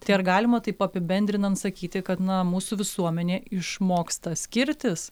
tai ar galima taip apibendrinant sakyti kad na mūsų visuomenė išmoksta skirtis